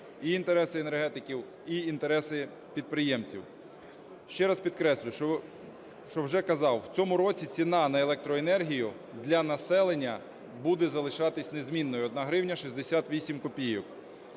і інтереси енергетиків, і інтереси підприємців. Ще раз підкреслюю, що вже казав, в цьому році ціна на електроенергію для населення буде залишатися незмінною – 1 гривня 68 копійок